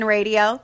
Radio